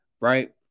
right